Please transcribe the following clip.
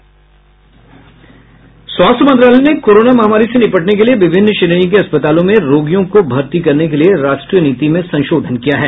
स्वास्थ्य मंत्रालय ने कोरोना महामारी से निपटने के लिए विभिन्न श्रेणी के अस्पतालों में रोगियों को भर्ती करने के लिए राष्ट्रीय नीति में संशोधन किया है